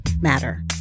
matter